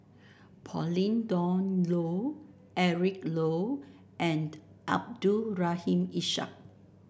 Pauline Dawn Loh Eric Low and Abdul Rahim Ishak